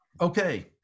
Okay